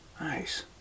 Nice